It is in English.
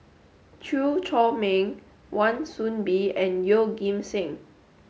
Chew Chor Meng Wan Soon Bee and Yeoh Ghim Seng